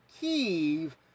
Kiev